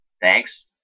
thanks